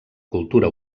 cultura